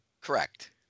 Correct